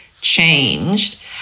changed